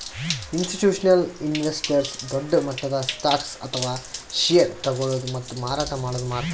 institutional investors ದೊಡ್ಡ್ ಮಟ್ಟದ್ stocks ಅಥವಾ ಷೇರ್ ತಗೋಳದು ಮತ್ತ್ ಮಾರಾಟ್ ಮಾಡದು ಮಾಡ್ತಾರ್